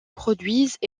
produisent